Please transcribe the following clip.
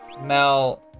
Mel